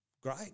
great